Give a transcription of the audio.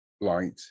light